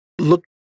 look